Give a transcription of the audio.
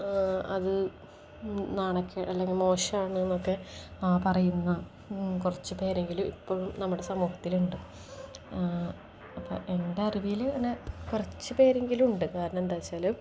അത് നാണക്കേട് അല്ലെങ്കിൽ മോശമാണെന്നൊക്കെ ആ പറയുന്ന കുറച്ചു പേരെങ്കിലും ഇപ്പോഴും നമ്മുടെ സമൂഹത്തിലുണ്ട് അപ്പം എൻ്റെ അറിവിൽ അങ്ങനെ കുറച്ചു പേരെങ്കിലും ഉണ്ട് കാരണം എന്താ വെച്ചാൽ